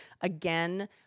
Again